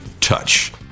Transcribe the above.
touch